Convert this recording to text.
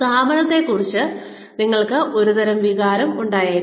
സ്ഥാപനത്തെക്കുറിച്ച് നിങ്ങൾക്ക് ഒരുതരം വികാരം ഉണ്ടായേക്കാം